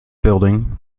building